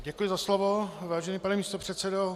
Děkuji za slovo, vážený pane místopředsedo.